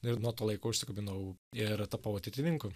ir nuo to laiko užsikabinau ir tapau ateitininku